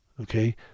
okay